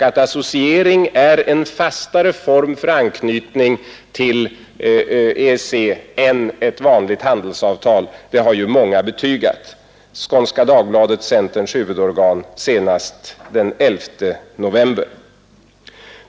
Att associering är en fastare form för anknytning till EEC än ett vanligt handelsavtal har ju också många betygat. Skånska Dagbladet, centerns huvudorgan, gjorde det senast den 11 november.